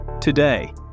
today